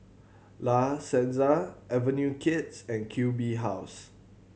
La Senza Avenue Kids and Q B House